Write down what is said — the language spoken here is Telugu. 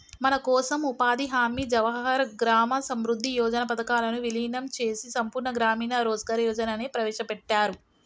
మనకోసం ఉపాధి హామీ జవహర్ గ్రామ సమృద్ధి యోజన పథకాలను వీలినం చేసి సంపూర్ణ గ్రామీణ రోజ్గార్ యోజనని ప్రవేశపెట్టారు